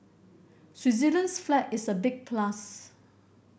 Switzerland's flag is a big plus